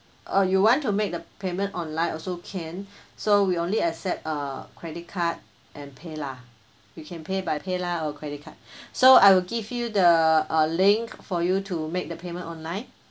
uh you want to make the payment online also can so we only accept uh credit card and PayLah you can pay by PayLah or credit card so I will give you the uh link for you to make the payment online